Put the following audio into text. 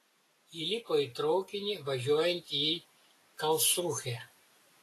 įlipo į traukinį važiuojantį į karlsrūhę